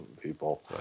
people